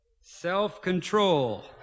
Self-control